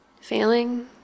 failing